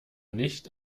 nicht